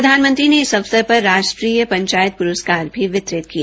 प्रधानमंत्री ने इस अवसर पर राष्ट्रीय पंचायत पुरस्कार भी वितरित किए